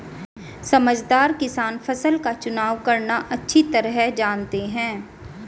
समझदार किसान फसल का चुनाव करना अच्छी तरह जानते हैं